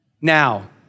Now